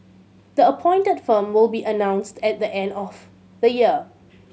the appointed firm will be announced at the end of the year